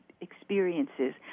experiences